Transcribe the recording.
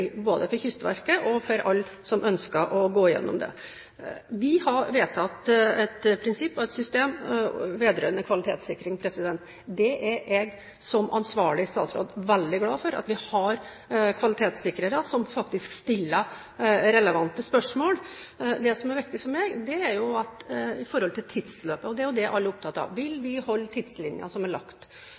både for Kystverket og for alle som ønsker å gå gjennom det. Vi har vedtatt et prinsipp og et system vedrørende kvalitetssikring. Jeg er som ansvarlig statsråd veldig glad for at vi har kvalitetssikrere som faktisk stiller relevante spørsmål. Det som er viktig for meg, er tidsløpet, og det er jo det alle er opptatt av: Vil vi holde tidslinjen som er lagt?